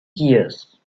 years